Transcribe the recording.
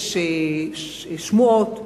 יש שמועות,